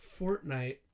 fortnite